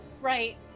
Right